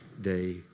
day